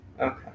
Okay